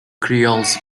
creoles